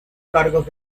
cargos